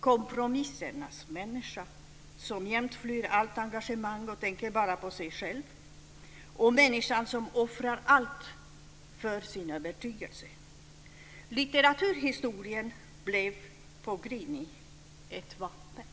kompromissernas människa, som jämt flyr allt engagemang och bara tänker på sig själv, och människan som offrar allt för sin övertygelse. Litteraturhistorien blev på Grini ett vapen.